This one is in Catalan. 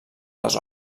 les